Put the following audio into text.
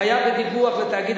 חייב בדיווח לתאגיד,